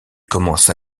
commence